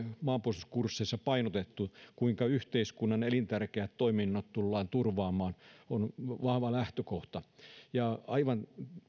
maanpuolustuskursseissa painotettu se kuinka yhteiskunnan elintärkeät toiminnot tullaan turvaamaan on vahva lähtökohta aivan